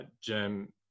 Jim